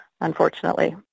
unfortunately